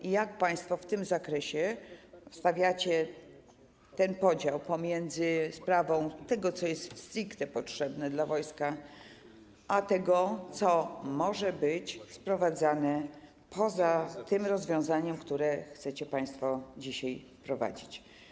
I jak państwo w tym zakresie widzicie ten podział pomiędzy tym, co jest stricte potrzebne dla wojska, a tym, co może być sprowadzane poza tym rozwiązaniem, które chcecie państwo dzisiaj wprowadzić?